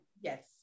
Yes